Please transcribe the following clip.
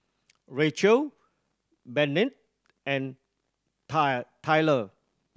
Rachael Bennett and Tired Tyler